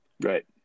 right